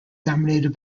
dominated